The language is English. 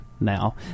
now